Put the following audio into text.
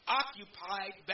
occupied